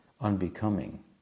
unbecoming